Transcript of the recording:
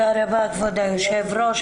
רבה כבוד היו"ר.